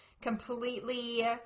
completely